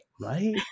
Right